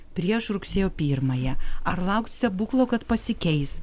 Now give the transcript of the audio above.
prieš rugsėjo pirmąją ar laukt stebuklo kad pasikeis